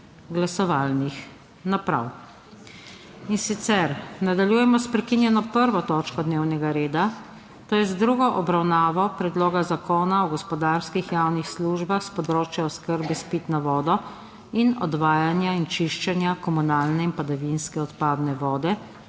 glasovalnih naprav. Nadaljujemo s prekinjeno 1. točko dnevnega reda, to je z drugo obravnavo Predloga zakona o gospodarskih javnih službah s področja oskrbe s pitno vodo in odvajanja in čiščenja komunalne in padavinske odpadne vode